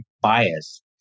bias